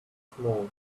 small